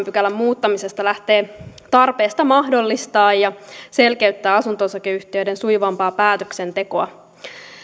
pykälän muuttamisesta lähtee tarpeesta mahdollistaa ja selkeyttää asunto osakeyhtiöiden sujuvampaa päätöksentekoa